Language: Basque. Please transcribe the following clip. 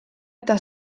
eta